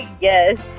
Yes